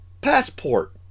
passport